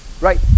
Right